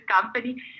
company